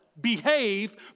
behave